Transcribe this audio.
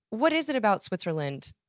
what is it about switzerland?